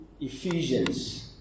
ephesians